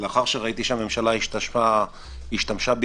לאחר שראיתי שהממשלה השתמשה בעיקרון